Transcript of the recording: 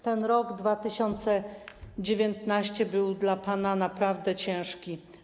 Ten rok, 2019, był dla pana naprawdę ciężki.